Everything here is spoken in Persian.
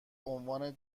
عنوان